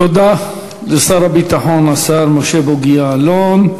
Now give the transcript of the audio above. תודה לשר הביטחון, השר משה בוגי יעלון.